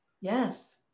Yes